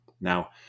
Now